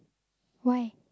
why